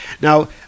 Now